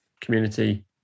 community